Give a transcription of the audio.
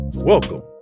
Welcome